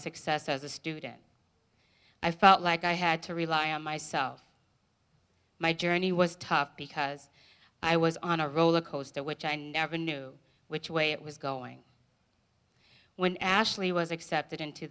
success as a student i felt like i had to rely on myself my journey was tough because i was on a roller coaster which i never knew which way it was going when ashley was accepted into